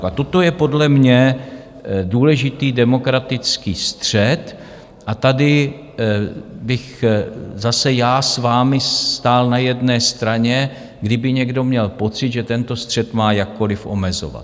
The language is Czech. A toto je podle mě důležitý demokratický střet a tady bych zase já s vámi stál na jedné straně, kdyby někdo měl pocit, že tento střet má jakkoliv omezovat.